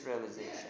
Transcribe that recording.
realization